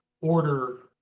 order